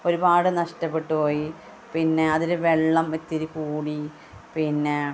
ഒരുപാട് നഷ്ടപ്പെട്ടുപോയി പിന്നെ അതിൽ വെള്ളം ഇത്തിരി കൂടി പിന്നെ